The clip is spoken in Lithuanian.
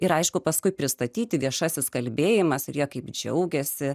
ir aišku paskui pristatyti viešasis kalbėjimas ir jie kaip džiaugiasi